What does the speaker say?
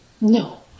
No